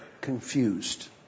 confused